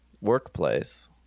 workplace